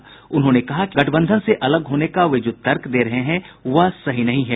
श्री राय ने कहा कि गठबंधन से अलग होने का वे जो तर्क दे रहे हैं वह सही नहीं है